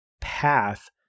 path